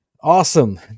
Awesome